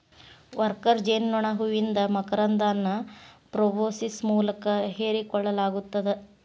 worker ಜೇನನೋಣ ಹೂವಿಂದ ಮಕರಂದನ ಪ್ರೋಬೋಸಿಸ್ ಮೂಲಕ ಹೇರಿಕೋಳ್ಳಲಾಗತ್ತದ